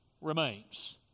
remains